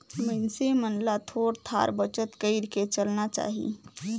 मइनसे मन ल थोर थार बचत कइर के चलना चाही